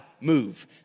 move